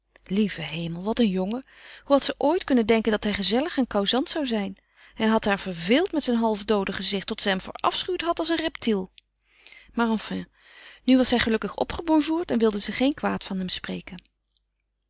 lieve hemel wat een jongen hoe had ze ooit kunnen denken dat hij gezellig en causant zou zijn hij had haar verveeld met zijn half doode gezicht tot zij hem verafschuwd had als een reptiel maar enfin nu was hij gelukkig opgebonjourd en wilde ze geen kwaad van hem spreken